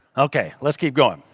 okay. let's keep going.